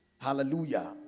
Hallelujah